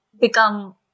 become